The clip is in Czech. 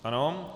Ano.